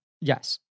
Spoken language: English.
yes